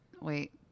wait